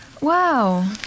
Wow